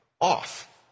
off